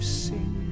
sing